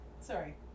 Sorry